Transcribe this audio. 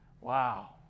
Wow